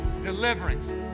deliverance